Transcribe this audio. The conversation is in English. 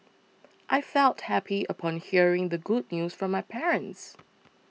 I felt happy upon hearing the good news from my parents